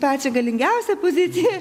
pačią galingiausią poziciją